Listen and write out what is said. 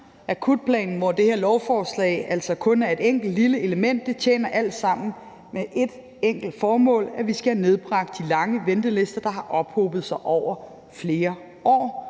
Akutplanen, som det her lovforslag altså kun er et enkelt lille element i, tjener alt i alt et enkelt formål: at vi skal have nedbragt de lange ventelister, der har ophobet sig over flere år.